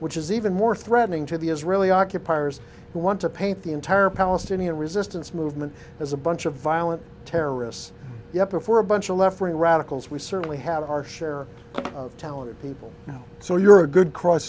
which is even more threatening to the israeli occupiers who want to paint the entire palestinian resistance movement as a bunch of violent terrorists yep or for a bunch of left wing radicals we certainly have our share of talented people so you're a good cross